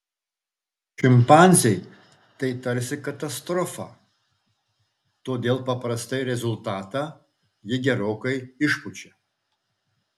šimpanzei tai tarsi katastrofa todėl paprastai rezultatą ji gerokai išpučia